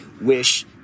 wish